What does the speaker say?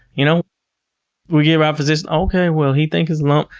you know we give our physicians, okay, well, he thinks it's a lump,